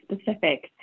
specific